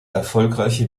erfolgreiche